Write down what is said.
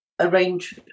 arrange